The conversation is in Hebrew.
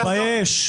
תתבייש.